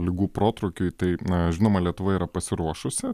ligų protrūkiui tai na žinoma lietuva yra pasiruošusi